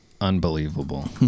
unbelievable